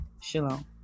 Shalom